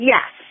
Yes